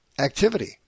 activity